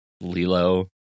Lilo